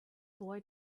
boy